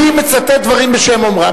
אני מצטט דברים בשם אומרם.